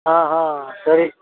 ಹಾಂ ಹಾಂ ಸರಿ